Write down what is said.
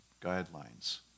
guidelines